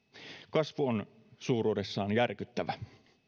kasvu on suuruudessaan järkyttävä